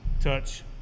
touch